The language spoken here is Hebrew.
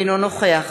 אינו נוכח